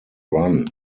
run